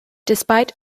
despite